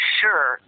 sure